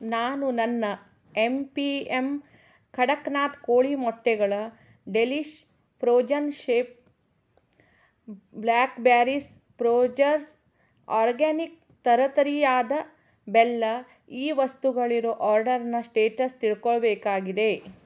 ನಾನು ನನ್ನ M P M Kadaknath ಕೋಳಿ ಮೊಟ್ಟೆಗಳ ಡೆಲಿಷ್ ಪ್ರೋಜನ್ ಶೇಪ್ ಬ್ಲ್ಯಾಕ್ಬ್ಯಾರೀಸ್ ಪ್ರೋಜರ್ಸ್ ಆರ್ಗ್ಯಾನಿಕ್ ತರತರಿಯಾದ ಬೆಲ್ಲ ಈ ವಸ್ತುಗಳಿರೊ ಆರ್ಡರ್ನ ಸ್ಟೇಟಸ್ ತಿಳ್ಕೊಳ್ಬೇಕಾಗಿದೆ